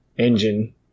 engine